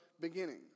beginning